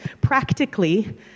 Practically